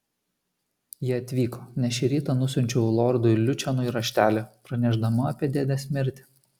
jie atvyko nes šį rytą nusiunčiau lordui lučianui raštelį pranešdama apie dėdės mirtį